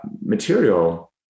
material